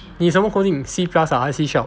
你什么 coding C plus ah 还是 C sharp